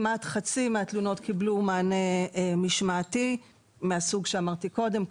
כמעט חצי מהתלונות קיבלו מענה משמעתי מהסוג שאמרתי קודם.